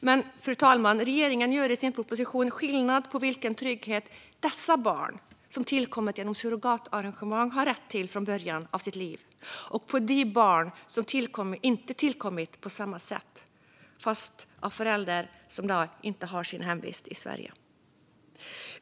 Men, fru talman, regeringen gör i sin proposition skillnad på vilken trygghet dessa barn, som tillkommit genom surrogatarrangemang, har rätt till från sitt livs början i förhållande till de barn som tillkommit på samma sätt men har föräldrar som inte hade sin hemvist i Sverige.